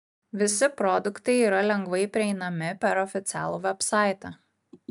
visi produktai yra lengvai prieinami per oficialų vebsaitą